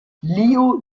liu